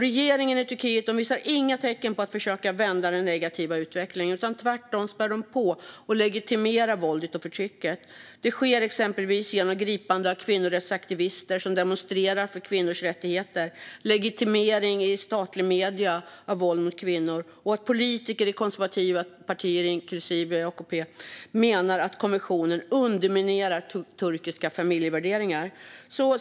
Regeringen i Turkiet visar inga tecken på att försöka vända den negativa utvecklingen, utan tvärtom spär man på och legitimerar våldet och förtrycket. Det sker exempelvis genom gripande av kvinnorättsaktivister som demonstrerar för kvinnors rättigheter och genom legitimering i statliga medier av våld mot kvinnor. Politiker i konservativa partier, inklusive AKP, menar att konventionen underminerar turkiska familjevärderingar.